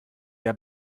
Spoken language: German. der